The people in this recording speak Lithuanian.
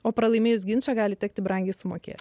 o pralaimėjus ginčą gali tekti brangiai sumokėti